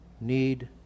need